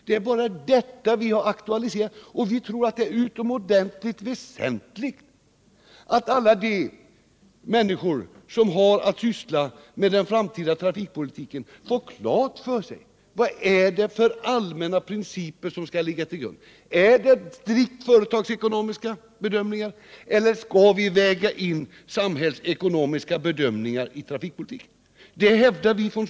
Det är bara detta vi har aktualiserat, och vi tror att det är utomordentligt väsentligt att alla de människor som har att syssla med den framtida trafikpolitiken får klart för sig vad det är för allmänna principer som skall ligga till grund för den. Är det strikt företagsekonomiska bedömningar som skall ligga till grund för trafikpolitiken, eller skall vi väga in samhällsekonomiska bedömningar i den?